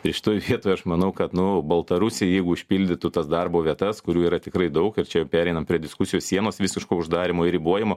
ir šitoj vietoj aš manau kad nu baltarusiai jeigu užpildytų tas darbo vietas kurių yra tikrai daug ir čia pereinam prie diskusijos sienos visiško uždarymo ir ribojimo